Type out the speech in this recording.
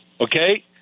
okay